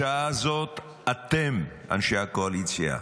בשעה הזאת אתם, אנשי הקואליציה,